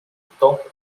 temple